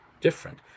different